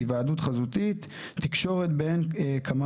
"היוועדות חזותית" - תקשורת בין כמה